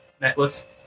necklace